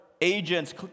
agents